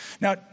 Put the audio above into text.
Now